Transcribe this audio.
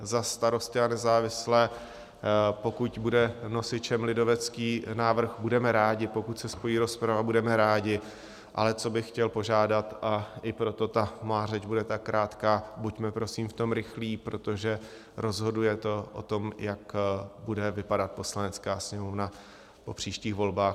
Za Starosty a nezávislé: Pokud bude nosičem lidovecký návrh, budeme rádi, pokud se spojí rozprava, budeme rádi ale o co bych chtěl požádat, a i proto ta má řeč bude tak krátká buďme prosím v tom rychlí, protože rozhoduje to o tom, jak bude vypadat Poslanecká sněmovna po příštích volbách.